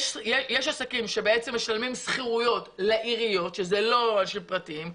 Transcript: עסקים שמשלמים שכירויות לעיריות שהן לא אנשים פרטיים.